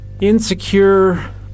insecure